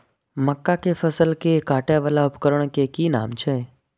मक्का के फसल कै काटय वाला उपकरण के कि नाम छै?